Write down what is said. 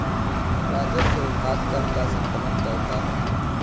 राजस्व विभाग कर का संकलन करता है